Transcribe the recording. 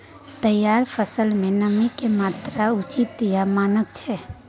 तैयार फसल में नमी के की मात्रा उचित या मानक छै?